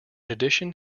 addition